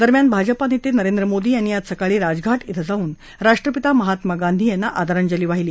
दरम्यान भाजपा नेते नरेंद्र मोदी यांनी आज सकाळी राजघाट क्रें जाऊन राष्ट्रपिता महात्मा गांधी यांना आदरांजली वाहिली